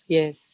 Yes